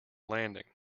landing